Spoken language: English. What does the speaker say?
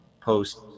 post